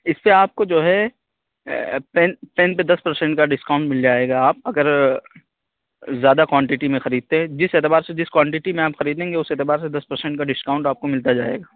اس پہ آپ کو جو ہے پین پہ دس پرسنٹ کا ڈسکاؤن مل جائے گا آپ اگر زیادہ کوانٹٹی میں خریدتے جس اعتبار سے جس کوانٹٹی میں آپ خریدیں گے اس اعتبار سے دس پرسنٹ کا ڈسکاؤنٹ آپ کو ملتا جائے گا